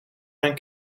mijn